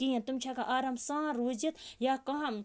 کِہیٖنۍ تِم چھِ ہٮ۪کان آرام سان روٗزِتھ یا کانٛہہ